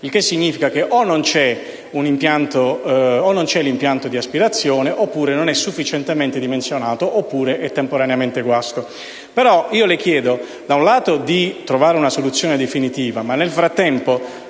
il che significa che o non c'è l'impianto di aspirazione, oppure non è sufficientemente dimensionato, oppure è temporaneamente guasto. Le chiedo di trovare una soluzione definitiva, ma nel frattempo